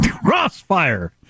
Crossfire